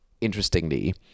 interestingly